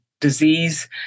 disease